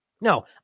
No